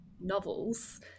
novels